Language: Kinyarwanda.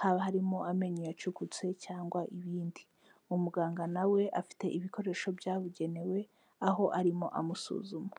haba harimo amenyo yacukutse cyangwa ibindi. Uwo muganga na we afite ibikoresho byabugenewe, aho arimo amusuzuma.